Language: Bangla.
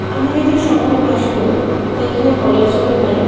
আমি যেহেতু শহরে বাস করি তো এখানে কলের জলই পাই